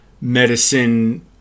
medicine